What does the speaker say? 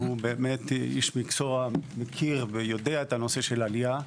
שהוא באמת איש מקצוע שיודע ומכיר את נושא העלייה.